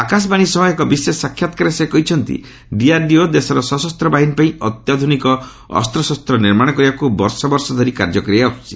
ଆକାଶବାଣୀ ସହ ଏକ ବିଶେଷ ସାକ୍ଷାତ୍କାରରେ ସେ କହିଛନ୍ତି ଡିଆର୍ଡିଓ ଦେଶର ସଶସ୍ତ ବାହିନୀ ପାଇଁ ଅତ୍ୟାଧୁନିକ ଅସ୍ତଶସ୍ତ ନିର୍ମାଣ କରିବାକୁ ବର୍ଷ ବର୍ଷ ଧରି କାର୍ଯ୍ୟ କରି ଆସ୍ବଛି